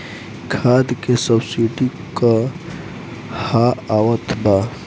खाद के सबसिडी क हा आवत बा?